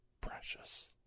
precious